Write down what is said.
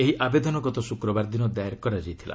ଏହି ଆବେଦନ ଗତ ଶୁକ୍ରବାର ଦିନ ଦାଏର କରାଯାଇଥିଲା